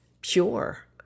pure